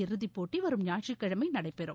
இறுதிப்போட்டி வரும் ஞாயிற்றுக்கிழமை நடைபெறும்